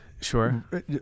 Sure